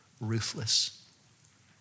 ruthless